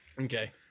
Okay